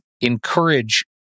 encourage